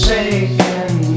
Shaking